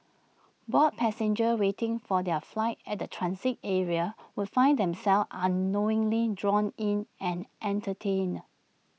bored passengers waiting for their flight at the transit area would find themselves unknowingly drawn in and entertained